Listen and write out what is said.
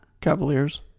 Cavaliers